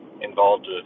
involved